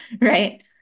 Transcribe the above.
right